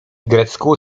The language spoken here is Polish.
grecku